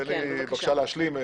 תן לי בבקשה להשלים.